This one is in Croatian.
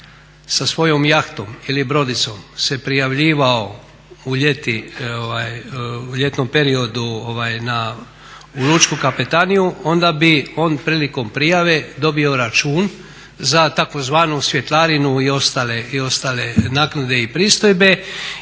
sa svojom jahtom ili brodicom se prijavljivao u ljeti, u ljetnom periodu u Lučku kapetaniju, onda bi on prilikom prijave dobio račun za tzv. svjetlarinu i ostale naknade i pristojbe.